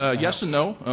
ah yes and no.